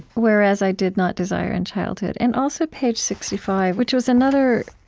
whereas i did not desire in childhood, and also page sixty five, which was another